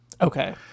Okay